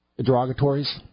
derogatories